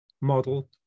model